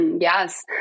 Yes